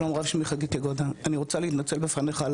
שלום רב, אני רוצה להתנצל בפניך.